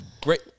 great